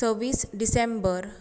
सव्वीस डिसेंबर